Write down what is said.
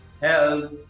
health